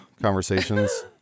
conversations